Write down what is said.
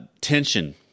tension